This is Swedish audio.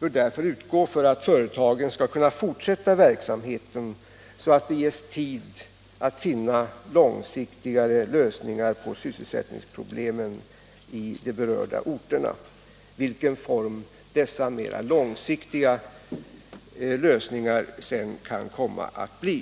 bör därför utgå för att företagen skall kunna fortsätta verksamheten, så att det ges tid till långsiktigare lösningar på sysselsättningsproblemen i de berörda orterna, oavsett vilken form dessa mera långsiktiga lösningar sedan kan komma att få.